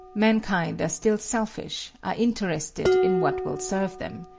mankind are still selfish, are interested in what will serve them.